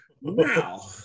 Wow